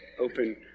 open